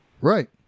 Right